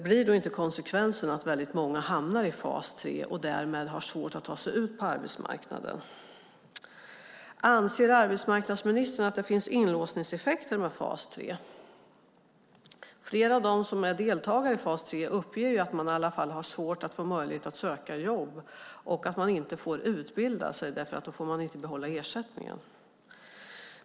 Blir inte konsekvensen att väldigt många hamnar i fas 3 och därmed har svårt att ta sig ut på arbetsmarknaden? Anser arbetsmarknadsministern att det finns inlåsningseffekter i fas 3? Flera av dem som deltar i fas 3 uppger i alla fall att man har svårt att få möjlighet att söka jobb. Man får inte utbilda sig därför att man då inte får behålla ersättningen.